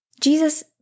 Jesus